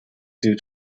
due